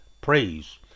praise